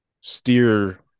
steer